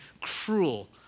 cruel